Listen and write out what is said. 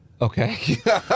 Okay